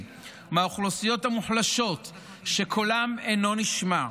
מהאוכלוסיות המוחלשות שקולם אינו נשמע.